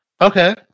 Okay